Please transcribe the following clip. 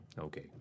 Okay